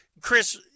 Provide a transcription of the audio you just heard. Chris